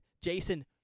Jason